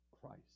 Christ